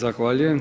Zahvaljujem.